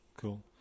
cool